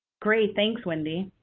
great. thanks, wendy.